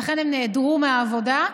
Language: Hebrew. ולכן הם נעדרו מהעבודה,